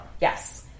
Yes